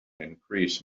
increase